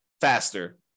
faster